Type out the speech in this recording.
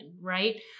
right